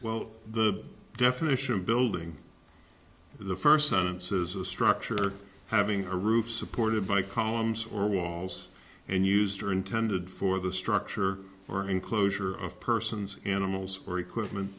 well the definition of a building the first sentence is a structure having a roof supported by columns or walls and used or intended for the structure or enclosure of persons animals or equipment